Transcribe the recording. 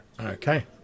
Okay